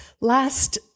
Last